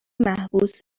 محبوس